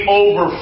over